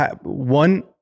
one